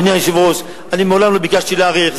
אדוני היושב-ראש, אני מעולם לא ביקשתי להאריך.